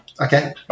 Okay